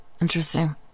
Interesting